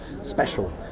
special